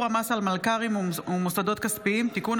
המס על מלכ"רים ומוסדות כספיים) (תיקון),